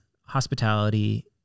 hospitality